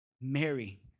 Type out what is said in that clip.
Mary